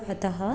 अतः